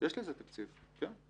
יש לזה תקציב, כן.